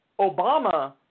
Obama